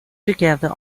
together